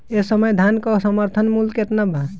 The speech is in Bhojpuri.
एह समय धान क समर्थन मूल्य केतना बा?